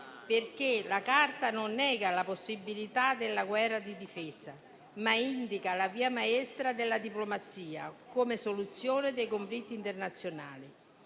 perché la Carta non nega la possibilità della guerra di difesa, ma indica la via maestra della diplomazia come soluzione dei conflitti internazionali.